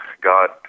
God